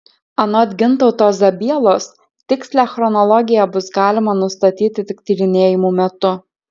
anot gintauto zabielos tikslią chronologiją bus galima nustatyti tik tyrinėjimų metu